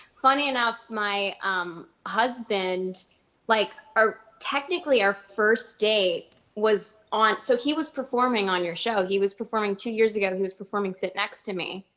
funny enough, my um husband like, technically, our first date was on so, he was performing on your show. he was performing two years ago. he was performing sit next to me.